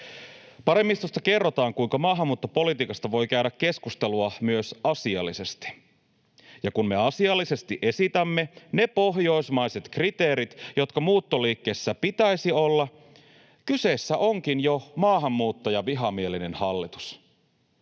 Paremmistosta kerrotaan, kuinka maahanmuuttopolitiikasta voi käydä keskustelua myös asiallisesti, ja kun me asiallisesti esitämme ne pohjoismaiset kriteerit, joita muuttoliikkeessä pitäisi olla, kyseessä onkin jo maahanmuuttajavihamielinen hallitus.